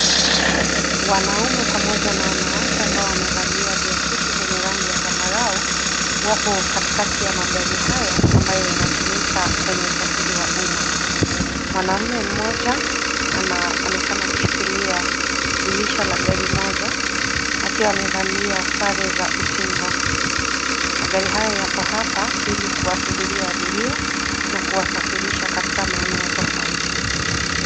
Wanaume pamoja na wanawake ambao wamevalia viakisi vyenye rangi ya zambarau, wapo katikati ya magari haya ambayo yanatumika kwenye usafiri wa umma. Mwanaume mmoja anaonekana kushikilia dirisha la gari moja, akiwa amevalia sare za utingo. Magari haya yako hapa ili kuwasubiria abiria na kuwasafirisha katika maeneo tofauti.